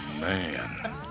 Man